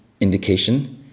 indication